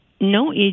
No